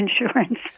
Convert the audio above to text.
insurance